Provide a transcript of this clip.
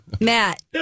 Matt